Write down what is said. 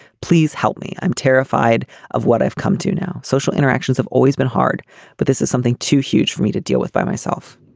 please help me. i'm terrified of what i've come to know. social interactions have always been hard but this is something too huge for me to deal with by myself